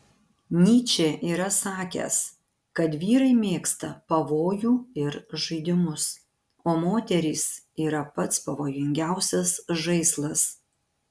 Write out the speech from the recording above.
nyčė yra sakęs kad vyrai mėgsta pavojų ir žaidimus o moterys yra pats pavojingiausias žaislas